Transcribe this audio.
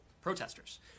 protesters